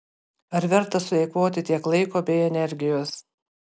ar verta sueikvoti tiek laiko bei energijos